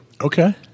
Okay